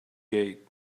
gate